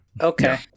okay